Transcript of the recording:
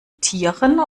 tieren